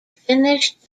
finished